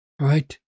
right